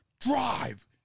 Drive